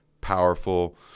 powerful